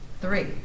three